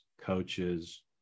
coaches